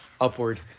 upward